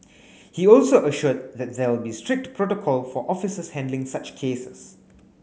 he also assured that there will be strict protocol for officers handling such cases